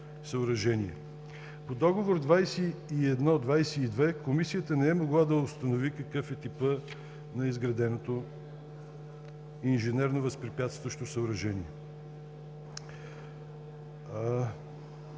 По Договор № 2122 Комисията не е могла да установи какъв е типът на изграденото инженерно възпрепятстващо съоръжение.